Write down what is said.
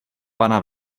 pana